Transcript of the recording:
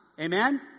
Amen